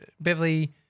Beverly –